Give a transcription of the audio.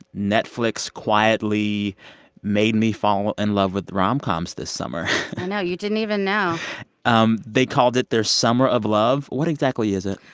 netflix quietly made me fall in and love with rom-coms this summer i know. you didn't even know um they called it their summer of love. what exactly is it?